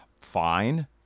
fine